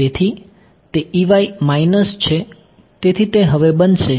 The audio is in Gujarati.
તેથી તે માઇનસ છે તેથી તે હવે બનશે